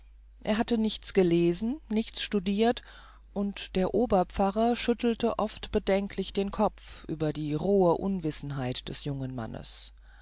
er hatte nichts gelesen nichts studiert und der oberpfarrer schüttelte oft bedenklich den kopf über die rohe unwissenheit des jungen mannes